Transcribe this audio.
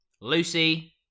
Lucy